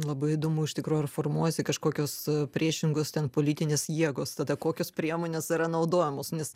labai įdomu iš tikrųjų ar formuojasi kažkokios priešingos ten politinės jėgos tada kokios priemonės yra naudojamos nes